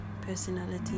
personality